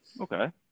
Okay